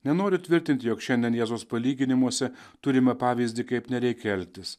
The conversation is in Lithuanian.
nenoriu tvirtinti jog šiandien jėzaus palyginimuose turime pavyzdį kaip nereikia elgtis